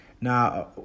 Now